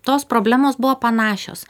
tos problemos buvo panašios